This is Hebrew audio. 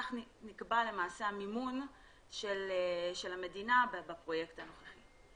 כך נקבע המימון של המדינה בפרויקט הנוכחי.